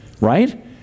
right